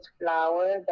flower